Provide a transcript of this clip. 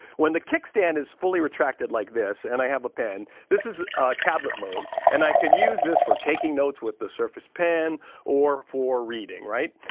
when the kickstand is fully retracted like this, and i have a pen, this is tablet mode, and i can use this for taking notes with the surface pen or for reading, right?